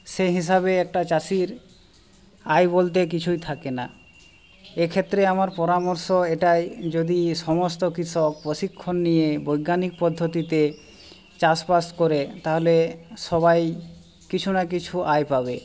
সেই হিসাবে একটা চাষির আয় বলতে কিছুই থাকে না এক্ষেত্রে আমার পরামর্শ এটাই যদি সমস্ত কৃষক প্রশিক্ষণ নিয়ে বৈজ্ঞানিক পদ্ধতিতে চাষবাস করে তাহলে সবাই কিছু না কিছু আয় পাবে